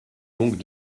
donc